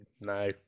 No